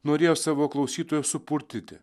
norėjo savo klausytojus supurtyti